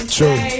True